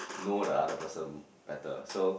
know the other person better so